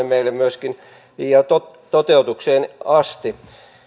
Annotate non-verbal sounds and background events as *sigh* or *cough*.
*unintelligible* meille myöskin toteutukseen asti